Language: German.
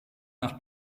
nach